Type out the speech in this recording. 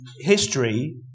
history